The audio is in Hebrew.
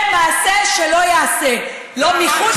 זה מעשה שלא ייעשה, לא מחוץ לכנסת ולא בתוך הכנסת.